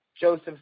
Joseph